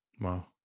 Wow